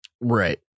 Right